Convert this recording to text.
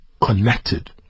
connected